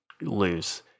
lose